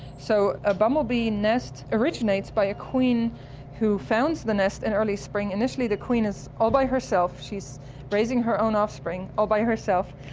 so a bumblebee nest originates by a queen who founds the nest in and early spring, initially the queen is all by herself, she's raising her own offspring all by herself,